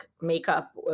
makeup